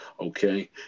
okay